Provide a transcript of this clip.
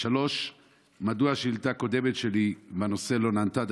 3. מדוע שאילתה קודמת שלי בנושא לא נענתה?